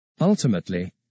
Ultimately